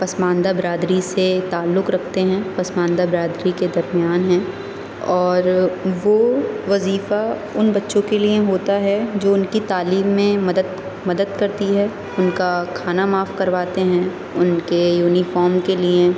پسماندہ برادری سے تعلق رکھتے ہیں پسماندہ برادری کے درمیان ہیں اور وہ وظیفہ ان بچوں کے لیے ہوتا ہے جو ان کی تعلیم میں مدد مدد کرتی ہے ان کا کھانا معاف کرواتے ہیں ان کے یونیفام کے لیے